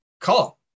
Call